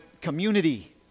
community